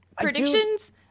Predictions